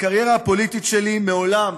בקריירה הפוליטית שלי מעולם,